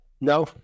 No